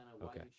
Okay